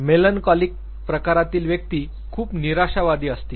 melancholic प्रकारातील व्यक्ती खूप निराशावादी असतील